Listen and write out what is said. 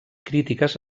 crítiques